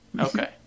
Okay